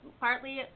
partly